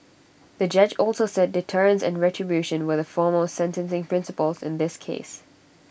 the judge also said deterrence and retribution were the foremost sentencing principles in this case